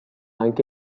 anche